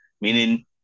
meaning